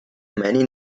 many